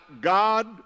God